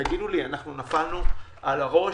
תגידו לי, אנחנו נפלנו על הראש?